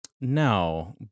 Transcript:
No